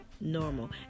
normal